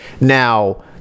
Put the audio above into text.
Now